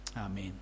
Amen